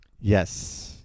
Yes